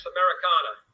Americana